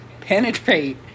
penetrate